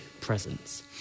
presence